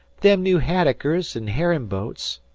them new haddockers an' herrin'-boats.